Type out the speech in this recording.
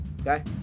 okay